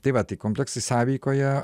tai va tai kompleksai sąveikoje